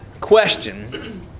question